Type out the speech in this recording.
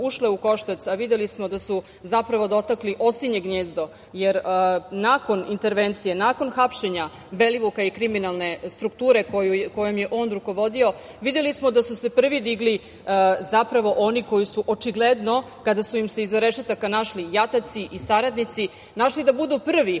ušle u koštac, a videli smo da su zapravo dotakli osinje gnezdo, jer nakon intervencije, nakon hapšenja Belivuka i kriminalne strukture kojom je on rukovodio, videli smo da su se prvi digli zapravo oni koji su očigledno, kada su im se iza rešetaka našli jataci i saradnici, našli da budu prvi